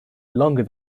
longer